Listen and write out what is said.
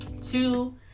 two